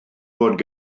bod